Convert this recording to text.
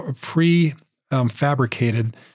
pre-fabricated